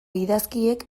idazkiek